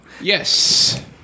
Yes